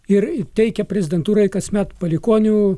ir teikia prezidentūrai kasmet palikuonių